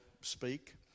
speak